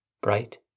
bright